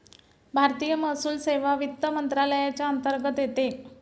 भारतीय महसूल सेवा वित्त मंत्रालयाच्या अंतर्गत येते